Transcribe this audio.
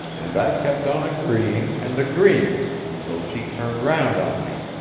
and i kept on agreeing and agreeing until she turned round on me.